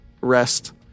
rest